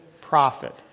profit